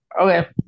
Okay